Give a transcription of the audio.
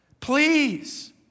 Please